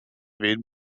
wehen